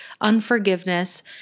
unforgiveness